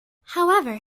however